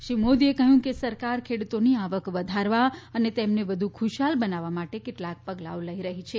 શ્રી મોદીએ કહ્યું કે સરકાર ખેડૂતોની આવક વધારવા અને તેમને વધુ ખુશહાલ બનાવવા માટે કેટલાક પગલાઓ લઇ રહી છે